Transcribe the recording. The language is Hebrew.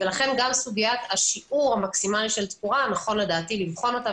לכן גם סוגית השיעור המקסימלי של תקורה נכון לדעתי לבחון אותה